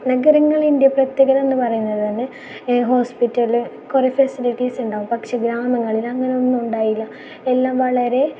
നഗരങ്ങളിൻ്റെ പ്രത്യേകത എന്നു പറയുന്നത് തന്നെ ഹോസ്പിറ്റൽ കുറേ ഫെസിലിറ്റിസ് ഉണ്ടാകും പക്ഷേ ഗ്രാമങ്ങളിലെ അങ്ങനെ ഒന്നും ഉണ്ടായില്ല എല്ലാം വളരെ